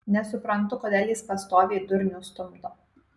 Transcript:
nesuprantu kodėl jis pastoviai durnių stumdo